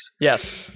Yes